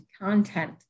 content